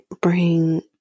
bring